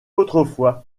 autrefois